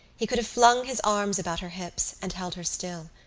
he could have flung his arms about her hips and held her still,